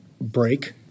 break